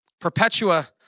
Perpetua